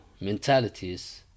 mentalities